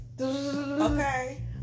Okay